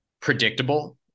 predictable